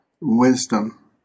Wisdom